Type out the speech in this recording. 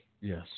Yes